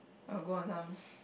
I'll go on some